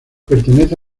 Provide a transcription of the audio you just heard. pertenece